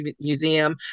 museum